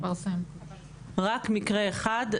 רק מקרה אחד,